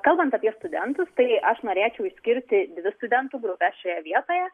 kalbant apie studentus tai aš norėčiau išskirti dvi studentų grupes šioje vietoje